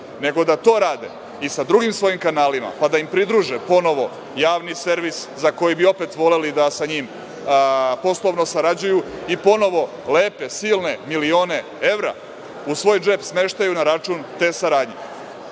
nego da to rade i sa drugim svojim kanalima, pa da im pridruže ponovo Javni servis za koji bi opet voleli da sa njim poslovno sarađuju i ponovo lepe, silne milione evra u svoj džep smeštaju na račun te saradnje. Ti